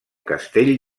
castell